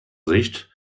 sicht